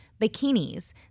bikinis